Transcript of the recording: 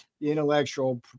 intellectual